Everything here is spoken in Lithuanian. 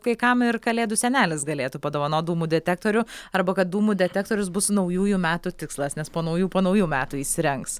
kai kam ir kalėdų senelis galėtų padovanot dūmų detektorių arba kad dūmų detektorius bus naujųjų metų tikslas nes po naujų po naujų metų įsirengs